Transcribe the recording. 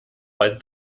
weise